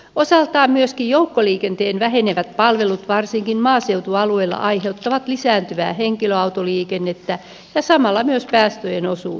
osaltaan myöskin joukkoliikenteen vähenevät palvelut varsinkin maaseutualueilla aiheuttavat lisääntyvää henkilöautoliikennettä ja samalla myös päästöjen osuutta